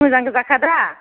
मोजां गोजाखा दा